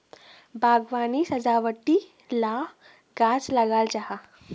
बाग्वानित सजावटी ला गाछ लगाल जाहा